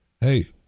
hey-